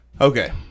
Okay